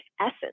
essence